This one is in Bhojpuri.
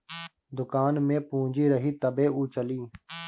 दुकान में पूंजी रही तबे उ चली